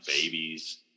babies